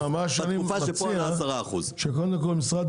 בתקופה שפה היה 10%. אני מציע שקודם כל משרד